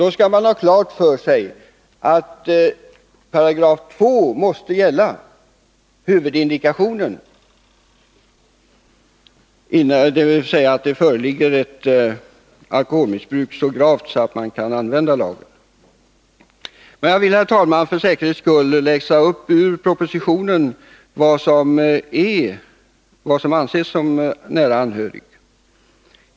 Men man skall ha klart för sig att huvudindikationen i 2 § måste gälla, dvs. att det föreligger ett så gravt alkoholmissbruk att man kan använda lagen. Jag vill, herr talman, för säkerhets skull läsa upp ur propositionen vad som avses med nära anhörig.